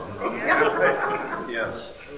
Yes